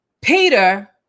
Peter